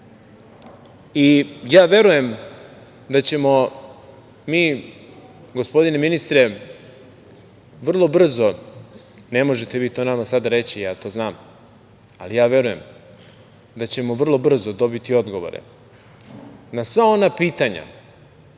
opozicija? Verujem da ćemo mi, gospodine ministre vrlo brzo, ne možete vi to sad nama reći, ja to zna, ali verujem da ćemo vrlo brzo dobiti odgovore na sva ona pitanja